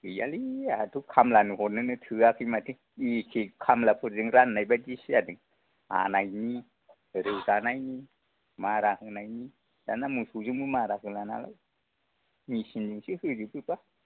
गैयालै आंहाथ' खामलानोनो हरनो थोवाखै माथो एखे खामलाफोरजों राननाय बायदिसो जादों हानायनि रोगानायनि मारा होनायनि दानिया मोसौजोंबो मारा होला नालाय मेसिन जोंसो होजोबोबा